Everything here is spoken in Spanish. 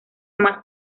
más